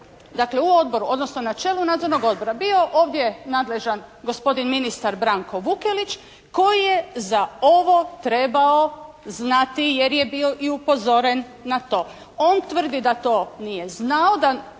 dakle u Odboru, odnosno na čelu Nadzornog odbora bio ovdje nadležan gospodin ministar Branko Vukelić koji je za ovo trebao znati jer je bio i upozoren na to. On tvrdi da to nije znao, da